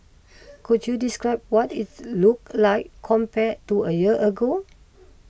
could you describe what it look like compared to a year ago